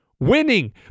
Winning